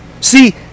See